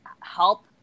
help